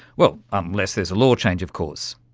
well, unless there's a law change of course.